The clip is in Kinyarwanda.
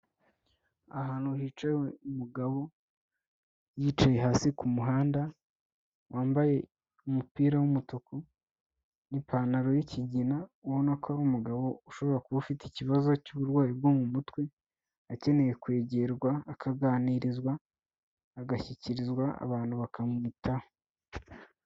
Ahantu hicaye umugabo, yicaye hasi ku muhanda, wambaye umupira w'umutuku n'ipantaro y'ikigina ubona ko ari umugabo ushobora kuba ufite ikibazo cy'uburwayi bwo mu mutwe akeneye kwegerwa akaganirizwa, agashyikirizwa abantu bakamwita.